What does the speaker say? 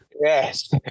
Yes